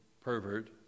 pervert